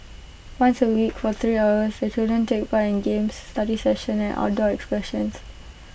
once A week for three hours the children take part in games study sessions and outdoor excursions